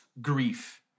grief